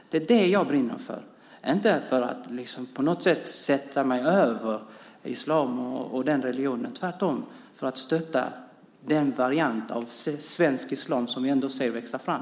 Det är det jag brinner för, inte vill jag på något sätt sätta mig över islam. Tvärtom vill jag stötta den variant av svensk islam som vi ändå ser växa fram.